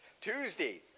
Tuesday